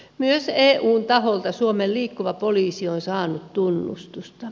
myös eun taholta suomen liikkuva poliisi on saanut tunnustusta